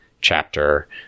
chapter